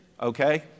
Okay